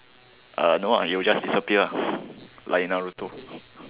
uh no lah it will just disappear lah like in Naruto